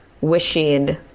wishing